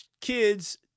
kids